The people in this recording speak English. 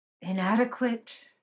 inadequate